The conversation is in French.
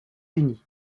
unis